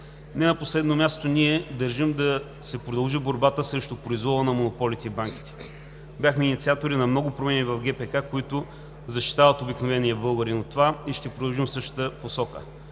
Не на последно място ние държим да се продължи борбата срещу произвола на монополите и банките. Бяхме инициатори на много промени в ГПК, които защитават обикновения българин от това и ще продължим в същата посока.